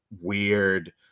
weird